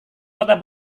kota